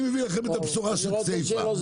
אני מביא לכם את הבשורה של כסייפה'.